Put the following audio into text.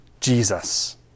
Jesus